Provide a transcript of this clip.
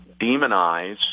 demonize